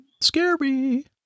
Scary